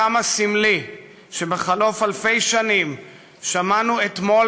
כמה סמלי שבחלוף אלפי שנים שמענו אתמול